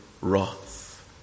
wrath